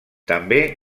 també